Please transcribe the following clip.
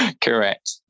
Correct